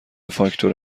فاکتور